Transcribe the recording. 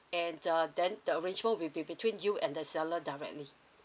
and the then the arrangement will be between you and the seller directly